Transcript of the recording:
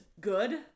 good